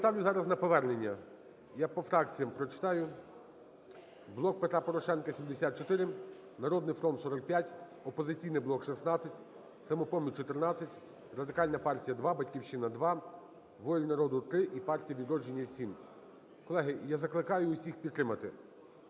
поставлю зараз на повернення. Я по фракціях прочитаю: "Блок Петра Порошенка" – 74, "Народний фронт" – 45, "Опозиційний блок" – 16, "Самопоміч" – 14, Радикальна партія – 2, "Батьківщина" – 2, "Воля народу" – 3 і "Партія "Відродження" – 7. Колеги, я закликаю усіх підтримати.